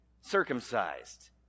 circumcised